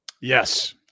Yes